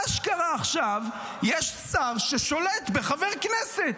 אשכרה עכשיו יש שר ששולט בחבר כנסת.